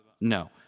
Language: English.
no